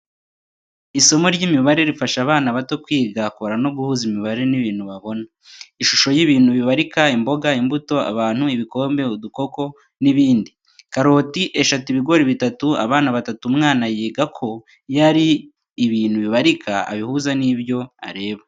Isomo ry'imibare rifasha abana bato kwiga kubara no guhuza imibare n'ibintu babona. Ishusho y’ibintu bibarika imboga, imbuto, abantu, ibikombe, udukoko, n'ibindi. Karoti eshatu ibigori bitatu abantu batatu umwana yiga ko iyo ari ibintu bibarika abihuza nibyo areba.